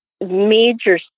major